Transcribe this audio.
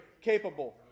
capable